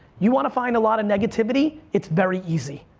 you wanna find a lot of negativity? it's very easy,